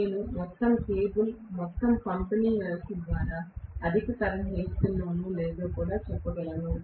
నేను మొత్తం కేబుల్ మొత్తం పంపిణీ వ్యవస్థ ద్వారా అధిక కరెంట్ ఇస్తున్నానో లేదో కూడా చెప్పగలను